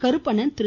Karuppanan Thiru